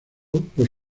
por